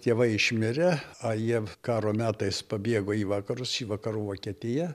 tėvai išmirė a jie karo metais pabėgo į vakarus į vakarų vokietiją